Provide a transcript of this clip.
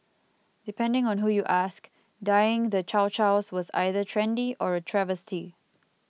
depending on who you ask dyeing the Chow Chows was either trendy or a travesty